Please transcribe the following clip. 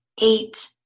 eight